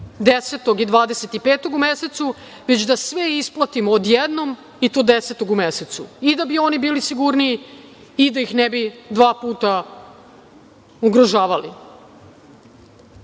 10. i 25. u mesecu, već da sve isplatimo odjednom i to 10. u mesecu, da bi oni bili sigurniji i da ih ne bi dva puta ugrožavali. Nastavljeno